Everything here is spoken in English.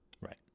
Right